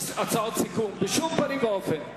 הצעות סיכום, בשום פנים ואופן.